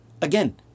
again